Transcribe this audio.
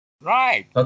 Right